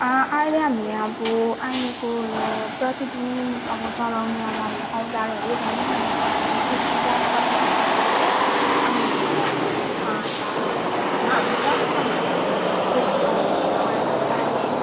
अहिले हामीले अब अहिलेको यो प्रतिदिन अब चलाउने अब हामी औजारहरू भनौँ भने हामीले कृषिको चलाउने औजारहरू चाहिँ अब हामीले काँटा होइन अब फर्स्ट त हामीले अब कृषि लगाउनु भन्दा अगाडि त बारी